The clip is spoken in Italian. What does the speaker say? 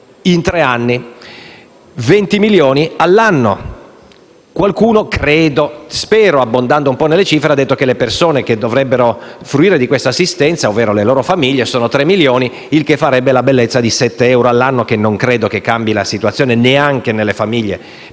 in tre anni: 20 milioni di euro all'anno. Qualcuno - spero - abbondando un po' nelle cifre ha detto che le persone che dovrebbero fruire di questa assistenza, ovvero le loro famiglie, sono 3 milioni; il che farebbe la bellezza di sette euro all'anno, che non credo cambi la situazione neanche nelle famiglie